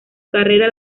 carrera